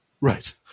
Right